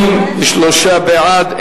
83 בעד.